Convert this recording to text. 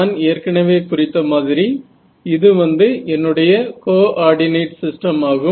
நான் ஏற்கனவே குறித்த மாதிரி இது வந்து என்னுடைய கோர்டினேட் சிஸ்டம் ஆகும்